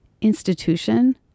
institution